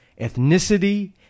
ethnicity